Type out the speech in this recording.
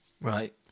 right